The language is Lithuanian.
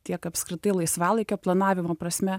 tiek apskritai laisvalaikio planavimo prasme